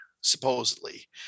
supposedly